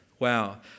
Wow